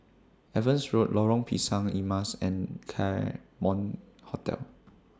Evans Road Lorong Pisang Emas and Claremont Hotel